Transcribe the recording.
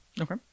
Okay